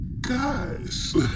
guys